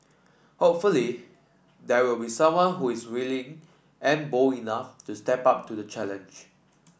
hopefully there will be someone who is willing and bold enough to step up to the challenge